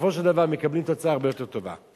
בסופו של דבר מקבלים תוצאה הרבה יותר טובה.